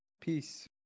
Peace